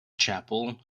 chapel